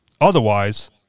Otherwise